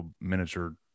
miniature